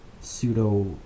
pseudo